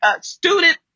student